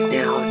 now